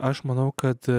aš manau kad